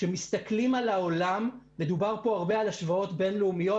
כשמסתכלים על כל העולם מדובר פה הרבה על השוואות בין-לאומיות,